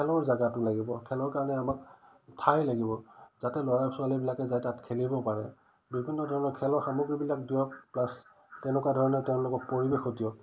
খেলৰ জেগাটো লাগিব খেলৰ কাৰণে আমাক ঠাই লাগিব যাতে ল'ৰা ছোৱালীবিলাকে যায় তাত খেলিব পাৰে বিভিন্ন ধৰণৰ খেলৰ সামগ্ৰীবিলাক দিয়ক প্লাছ তেনেকুৱা ধৰণে তেওঁলোকক পৰিৱেশো দিয়ক